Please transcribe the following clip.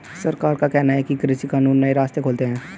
सरकार का कहना है कि कृषि कानून नए रास्ते खोलते है